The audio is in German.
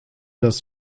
das